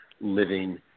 living